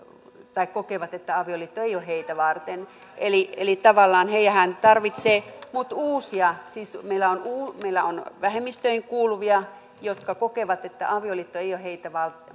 kokevat että avioliitto ei ole heitä varten eli eli tavallaan heidänhän tarvitsee nyt uusia siis meillä on vähemmistöihin kuuluvia jotka kokevat että avioliitto ei ole heitä